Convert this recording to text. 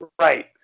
Right